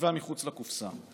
החשיבה מחוץ לקופסה,